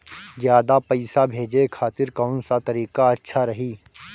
ज्यादा पईसा भेजे खातिर कौन सा तरीका अच्छा रही?